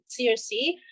CRC